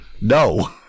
no